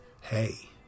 hey